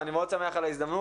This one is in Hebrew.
אני מאוד שמח על ההזדמנות,